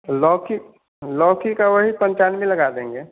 लौकी लौकी का वही पंचानबे लगा देंगे